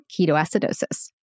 ketoacidosis